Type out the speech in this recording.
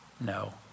No